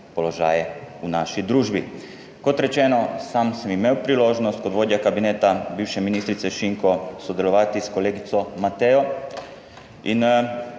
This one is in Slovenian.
v naši družbi. Kot rečeno, sam sem imel priložnost kot vodja kabineta bivše ministrice Šinko sodelovati s kolegico 16.